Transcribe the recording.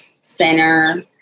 center